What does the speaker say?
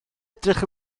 edrych